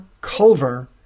Culver